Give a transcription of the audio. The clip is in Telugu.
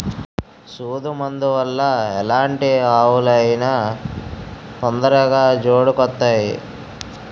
సూదు మందు వల్ల ఎలాంటి ఆవులు అయినా తొందరగా జోడుకొత్తాయి